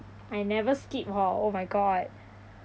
I never skip hor oh my god